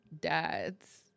dads